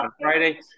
Friday